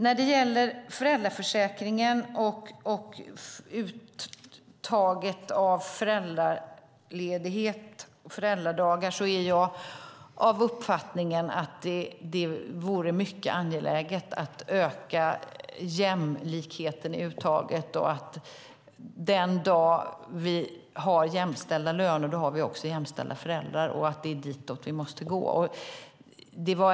När det gäller föräldraförsäkringen och uttaget av föräldradagar är jag av uppfattningen att det är mycket angeläget att öka jämlikheten i uttaget. Den dag vi har jämställda löner har vi också jämställda föräldrar, och ditåt måste vi.